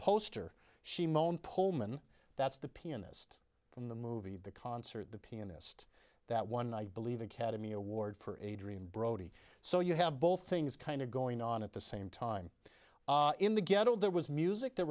poster shimon pullman that's the pianist from the movie the concert the pianist that one night believing cademy award for adrian brody so you have both things kind of going on at the same time in the ghetto there was music there